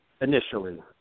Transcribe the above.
initially